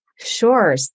Sure